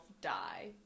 die